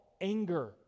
anger